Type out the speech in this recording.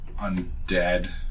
undead